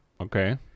Okay